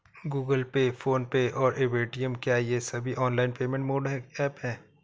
Google pay phone pay और Paytm क्या ये सभी ऑनलाइन पेमेंट मोड ऐप हैं?